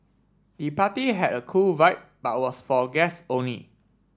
the party had a cool vibe but was for guests only